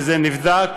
וזה נבדק,